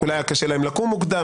אולי היה קשה להם לקום מוקדם,